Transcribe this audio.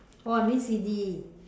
oh I miss C_D